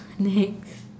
next